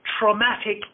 traumatic